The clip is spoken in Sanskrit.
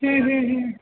ह् ह् ह्